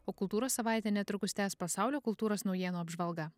o kultūros savaitę netrukus tęs pasaulio kultūros naujienų apžvalga